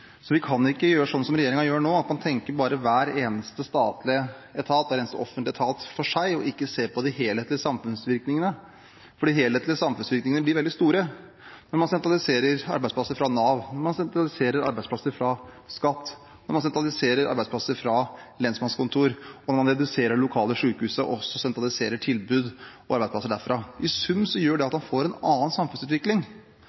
Vi kan ikke gjøre som regjeringen gjør nå, at man tenker på hver enkelt statlige eller offentlige etat for seg, og ikke ser på de helhetlige samfunnsvirkningene. De helhetlige samfunnsvirkningene blir veldig store når man sentraliserer arbeidsplasser fra Nav, når man sentraliserer arbeidsplasser fra skatteetat, når man sentraliserer arbeidsplasser fra lensmannskontor, og når man reduserer lokale sykehus og sentraliserer tilbud og arbeidsplasser derfra. I sum gjør det